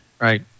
Right